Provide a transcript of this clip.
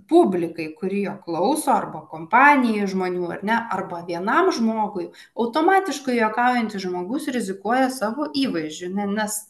publikai kuri jo klauso arba kompanijai žmonių ar ne arba vienam žmogui automatiškai juokaujantis žmogus rizikuoja savo įvaizdžiu nu nes